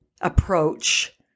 approach